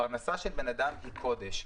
פרנסה של אדם היא קודש.